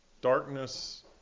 darkness